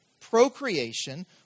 Procreation